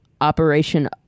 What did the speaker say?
operation